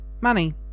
Money